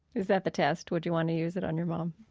is that the test would you want to use it on your mom?